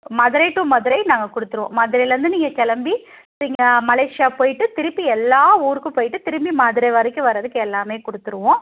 Madurai to Madurai நாங்கள் கொடுத்துருவோம் மதுரையிலருந்து நீங்கள் கிளம்பி இங்கே மலேஷியா போயிட்டு திருப்பி எல்லா ஊருக்கும் போயிட்டு திரும்பியும் மதுரை வரைக்கும் வரதுக்கு எல்லாமே கொடுத்துருவோம்